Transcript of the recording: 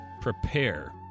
Prepare